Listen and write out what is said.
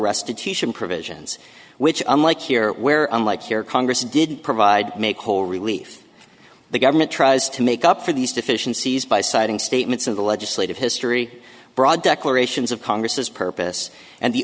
restitution provisions which unlike here where unlike here congress didn't provide make whole relief the government tries to make up for these deficiencies by citing statements of the legislative history broad declarations of congress's purpose and the